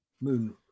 moon